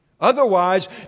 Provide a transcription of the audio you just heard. Otherwise